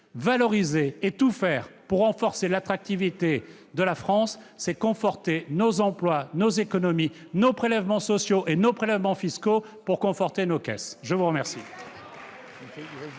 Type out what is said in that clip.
la France et tout faire pour renforcer son attractivité, c'est conforter nos emplois, nos économies, nos prélèvements sociaux et nos prélèvements fiscaux pour conforter nos caisses ! La parole